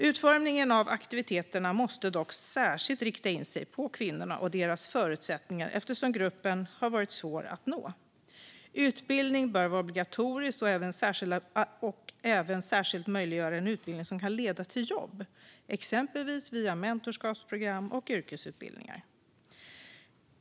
Utformningen av aktiviteterna måste dock särskilt rikta in sig på kvinnorna och deras förutsättningar eftersom gruppen har varit svår att nå. Utbildningen bör vara obligatorisk och även särskilt möjliggöra en utbildning som kan leda till jobb, exempelvis via mentorskapsprogram och yrkesutbildningar.